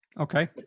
Okay